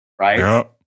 right